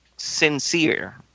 sincere